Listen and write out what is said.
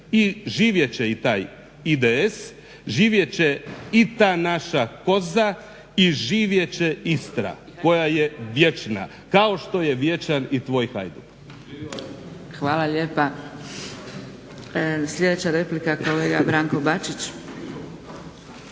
i živjet će i taj IDS živjet će i ta naša Kosa i živjet će Istra koja je vječan, kao što je vječan i tvoj Hajduk. **Zgrebec, Dragica (SDP)** Hvala lijepa. Sljedeća replika kolega Branko Bačić.